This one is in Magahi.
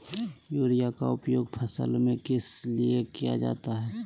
युरिया के उपयोग फसल में किस लिए किया जाता है?